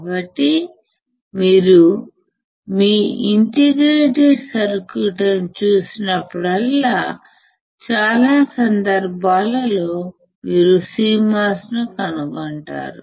కాబట్టి మీరు ఇంటిగ్రేటెడ్ సర్క్యూట్లను చూసినప్పుడల్లా చాలా సందర్భాలలో మీరు CMOS ను కనుగొంటారు